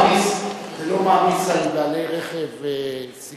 פה, תגיד, זה לא מעמיס על בעלי רכב סיכון